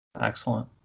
Excellent